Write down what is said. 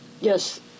Yes